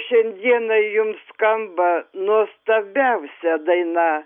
šiandieną jums skamba nuostabiausia daina